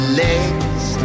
legs